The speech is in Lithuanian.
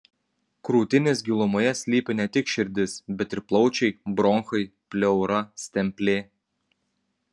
krūtinės gilumoje slypi ne tik širdis bet ir plaučiai bronchai pleura stemplė